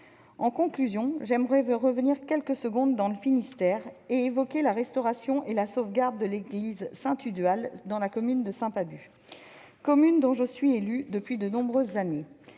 En conclusion, j'aimerais revenir quelques secondes dans le Finistère pour évoquer la restauration et la sauvegarde de l'église Saint-Tugdual, dans la commune de Saint-Pabu, commune où je suis élue depuis de nombreuses années.